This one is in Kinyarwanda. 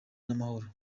n’amahoro